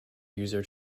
user